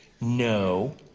No